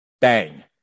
bang